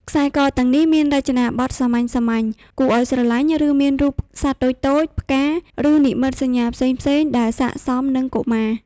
ខ្សែកទាំងនេះមានរចនាបថសាមញ្ញៗ គួរឱ្យស្រឡាញ់ ឬមានរូបសត្វតូចៗ ផ្កា ឬនិមិត្តសញ្ញាផ្សេងៗ ដែលស័ក្តិសមនឹងកុមារ។